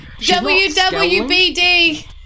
WWBD